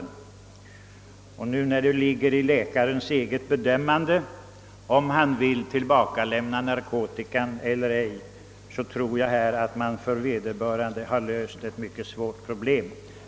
I och med att det nu skall åligga läkaren att bedöma om narkotika skall tillbakalämnas eller ej, tror jag att ett mycket svårt problem för vederbörande har fått sin lösning.